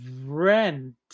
rent